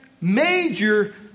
major